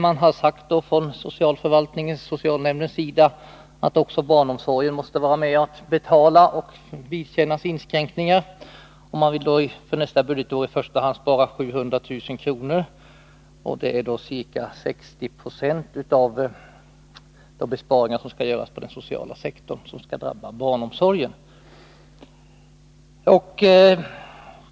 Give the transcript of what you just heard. Man har från socialförvaltningens-socialnämndens sida sagt att också barnomsorgen måste vara med när det gäller att betala och vidkännas inskränkningar. Man vill för nästa budgetår i första hand spara 700 000 kr. — det är ca 60 96 av de besparingar som skall göras på den sociala sektorn och som skall drabba barnomsorgen.